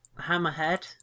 Hammerhead